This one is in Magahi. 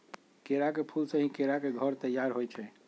केरा के फूल से ही केरा के घौर तइयार होइ छइ